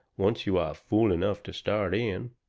once you are fool enough to start in.